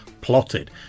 plotted